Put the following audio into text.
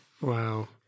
Wow